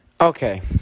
Okay